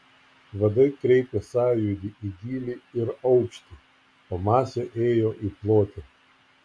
vadai kreipė sąjūdį į gylį ir aukštį o masė ėjo į plotį